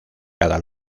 cada